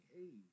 Hey